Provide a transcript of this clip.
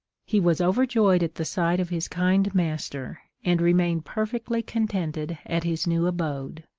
he was overjoyed at the sight of his kind master, and remained perfectly contented at his new abode.